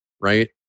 right